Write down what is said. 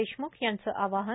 देशम्ख यांचं आवाहन